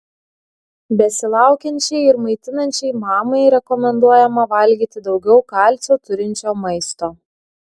besilaukiančiai ir maitinančiai mamai rekomenduojama valgyti daugiau kalcio turinčio maisto